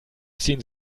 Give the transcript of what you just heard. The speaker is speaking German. ziehen